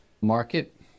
market